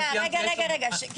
רגע, לא סיימתי.